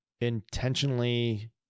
intentionally